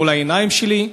מול העיניים שלי.